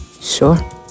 Sure